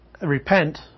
repent